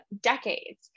decades